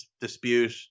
dispute